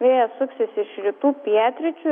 vėjas suksis iš rytų pietryčių